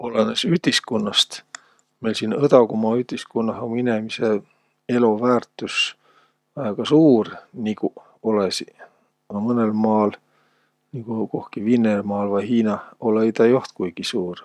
Olõnõs ütiskunnast. Meil siin õdagumaa ütiskunnah um inemise elo väärtüs väega suur. Niguq olõsiq. A mõnõl maal, nigu kohki Vinnemaal vai Hiinah olõ-õi tä joht kuigi suur.